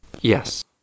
Yes